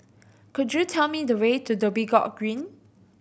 could you tell me the way to Dhoby Ghaut Green